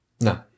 No